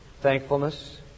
thankfulness